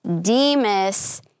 Demas